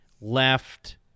left